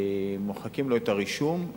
מוחקים לו את הרישום.